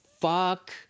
fuck